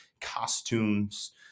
costumes